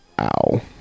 Ow